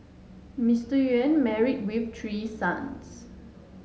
Mister Nguyen married with three sons